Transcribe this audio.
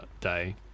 day